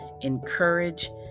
encourage